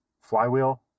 Flywheel